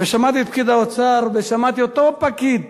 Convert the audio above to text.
ושמעתי את פקיד האוצר, ושמעתי, אותו פקיד